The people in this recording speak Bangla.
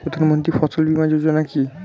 প্রধানমন্ত্রী ফসল বীমা যোজনা কি?